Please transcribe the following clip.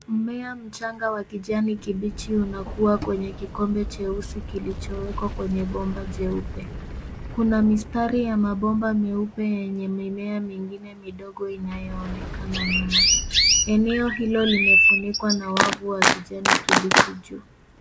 Mmea mchanga wa kijani kibichi unakua kwenye kikombe cheusi kilichowekwa kwenye bomba jeupe. Kuna mistari ya mabomba meupe yenye mimea mingine midogo inayoonekana nyuma. Eneo hilo limefunikwa na wavu wa kijani kibichi juu.